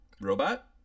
robot